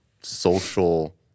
social